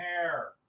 hair